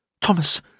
Thomas